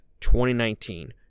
2019